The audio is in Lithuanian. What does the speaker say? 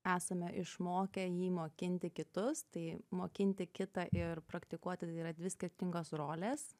esame išmokę jį mokinti kitus tai mokinti kitą ir praktikuoti tai yra dvi skirtingos rolės